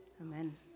Amen